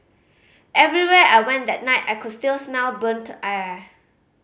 everywhere I went that night I could still smell burnt air